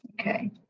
Okay